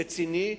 רציני,